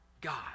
God